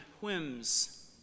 whims